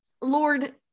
Lord